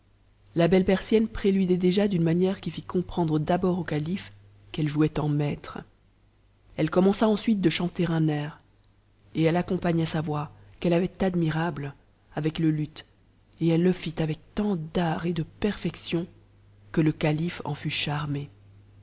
la belle persienne préludait déjà d'une manière qui fit comprendre d'abord au calife qu'elle jouait en maître elle commença ensuite de chanter un air et elle accompagna sa voix qu'elle avait admirable avec le luth et elle le fit avec tant d'art et de perfection que le calife en fut charmé